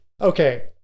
Okay